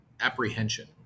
apprehension